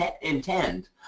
intend